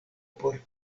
por